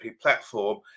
platform